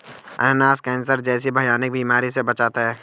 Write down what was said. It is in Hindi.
अनानास कैंसर जैसी भयानक बीमारी से बचाता है